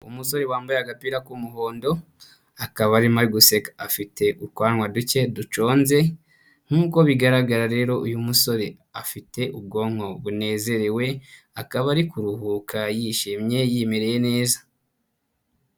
Umusore wambaye agapira k'umuhondo, akaba arimo guseka, afite utwanwa duke duconze nkuko bigaragara rero uyu musore afite ubwonko bunezerewe, akaba ari kuruhuka yishimye yimereye neza.